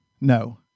No